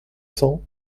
cents